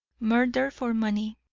murdered for money.